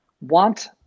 want